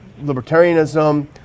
libertarianism